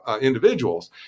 individuals